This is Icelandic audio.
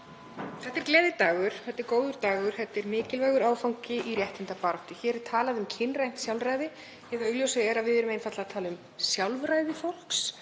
Þetta er gleðidagur. Þetta er góður dagur. Þetta er mikilvægur áfangi í réttindabaráttu. Hér er talað um kynrænt sjálfræði. Hið augljósa er að við erum einfaldlega að tala um sjálfræði fólks,